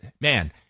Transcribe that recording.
man